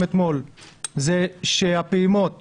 אתמול זה שהפעימה